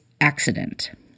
accident